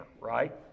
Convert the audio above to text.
right